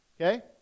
Okay